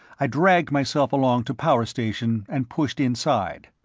i dragged myself along to power section and pushed inside.